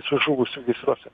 su žuvusių gaisruose